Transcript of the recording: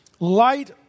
light